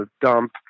dump